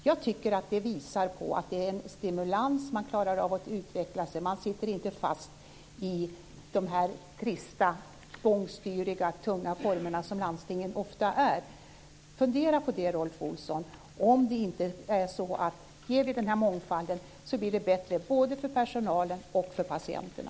Jag tycker att det visar att detta är en stimulans. Man klarar av att utveckla sig. Man sitter inte fast i de trista, bångstyriga, tunga former som landstingen ofta har. Fundera på det, Rolf Olsson, om det inte är så att om vi ger den här mångfalden så blir det bättre för både personalen och patienterna!